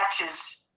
matches